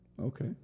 Okay